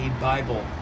Bible